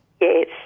Yes